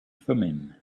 thummim